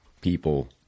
people